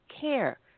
CARE